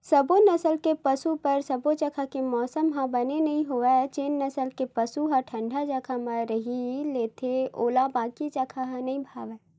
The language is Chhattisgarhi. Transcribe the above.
सबो नसल के पसु बर सबो जघा के मउसम ह बने नइ होवय जेन नसल के पसु ह ठंडा जघा म रही लेथे ओला बाकी जघा ह नइ भावय